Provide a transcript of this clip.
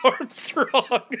Armstrong